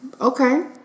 okay